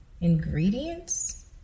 ingredients